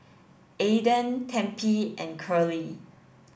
Aaden Tempie and Curley